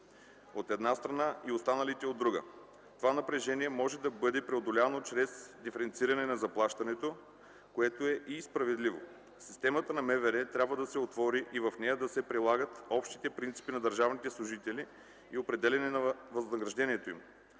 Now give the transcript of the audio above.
от една страна, и останалите, от друга. Това напрежение може да бъде преодоляно чрез диференциране на заплащането, което е и справедливо. Системата на МВР трябва да се отвори и в нея да се прилагат общите принципи за държавните служители и определяне на възнаграждението им.